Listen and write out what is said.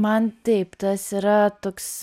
man taip tas yra toks